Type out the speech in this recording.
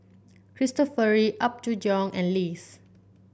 Cristofori Apgujeong and Lays